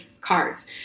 cards